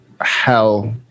hell